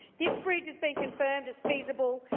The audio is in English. this bridge has been confirmed as feasible,